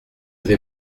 vais